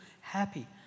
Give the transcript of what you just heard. happy